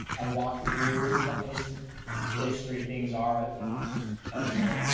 i walk through what those first three things are ah ah you know?